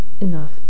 enough